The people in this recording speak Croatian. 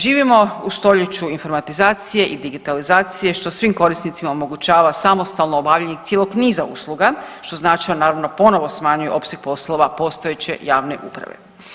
Živimo u stoljeću informatizacije i digitalizacije što svim korisnicima omogućava samostalno obavljanje cijelog niza usluga što znači naravno ono ponovno smanjuje opseg poslova postojeće javne uprave.